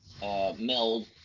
meld